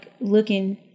looking